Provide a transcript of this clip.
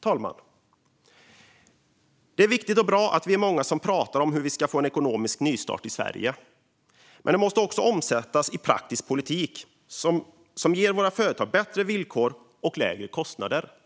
talman! Det är viktigt och bra att vi är många som pratar om hur vi ska få en ekonomisk nystart i Sverige. Men det måste också omsättas i praktisk politik som ger våra företag bättre villkor och lägre kostnader.